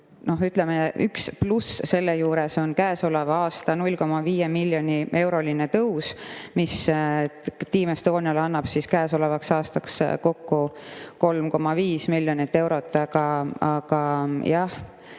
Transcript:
Ütleme, üks pluss selle juures on käesoleval aastal 0,5 miljoni eurone tõus, mis Team Estoniale annab käesolevaks aastaks kokku 3,5 miljonit eurot. Aga jah,